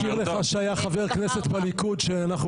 אני מזכיר לך שהיה חבר כנסת בליכוד שאנחנו